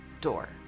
door